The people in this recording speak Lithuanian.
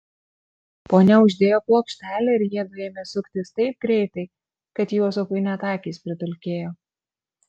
ponia uždėjo plokštelę ir jiedu ėmė suktis taip greitai kad juozapui net akys pridulkėjo